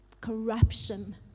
corruption